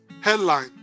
headline